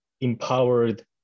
empowered